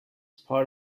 part